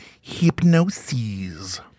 hypnosis